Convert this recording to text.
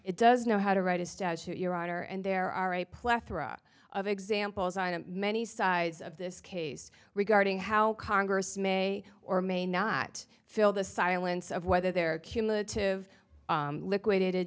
it does know how to write a statute your honor and there are a plethora of examples many sides of this case regarding how congress may or may not fill the silence of whether there are cumulative liquidated